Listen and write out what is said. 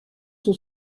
son